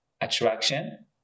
attraction